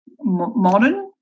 modern